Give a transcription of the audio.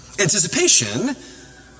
Anticipation